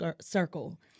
circle